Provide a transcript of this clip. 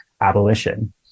abolition